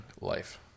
life